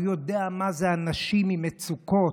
הוא יודע מה זה אנשים עם מצוקות.